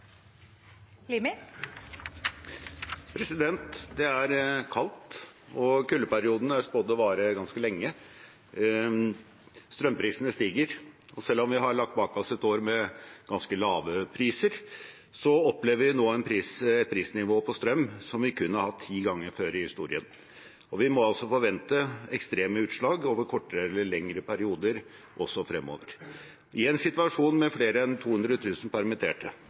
Det er kaldt, og kuldeperioden er spådd å vare ganske lenge. Strømprisene stiger, og selv om vi har lagt bak oss et år med ganske lave priser, opplever vi nå et prisnivå på strøm som vi kun har hatt ti ganger før i historien. Vi må altså forvente ekstreme utslag over kortere eller lengre perioder også fremover. I en situasjon med flere enn 200 000 permitterte